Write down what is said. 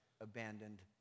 abandoned